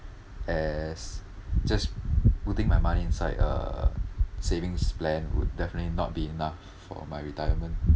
as just putting my money inside a savings plan would definitely not be enough for my retirement